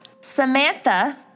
Samantha